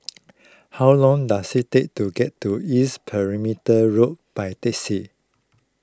how long does it take to get to East Perimeter Road by taxi